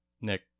Nick